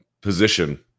position